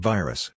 Virus